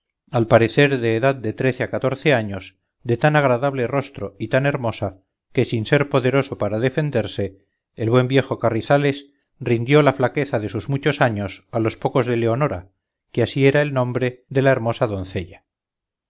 al parecer de edad de trece a catorce años de tan agradable rostro y tan hermosa que sin ser poderoso para defenderse el buen viejo carrizales rindió la flaqueza de sus muchos años a los pocos de leonora que así era el nombre de la hermosa doncella